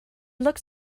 looked